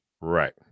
Right